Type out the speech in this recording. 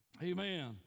Amen